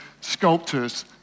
sculptors